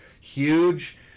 huge